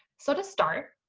so to start,